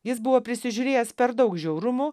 jis buvo prisižiūrėjęs per daug žiaurumų